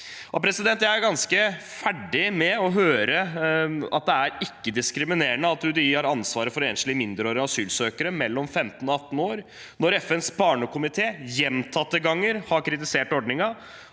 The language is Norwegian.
sviktet. Jeg er ganske ferdig med å høre at det er ikke-diskriminerende at UDI har ansvaret for enslige mindreårige asylsøkere mellom 15 og 18 år, når FNs barnekomité gjentatte ganger har kritisert ordningen,